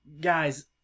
guys